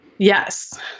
Yes